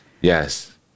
Yes